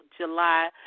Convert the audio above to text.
July